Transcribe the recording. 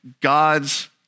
God's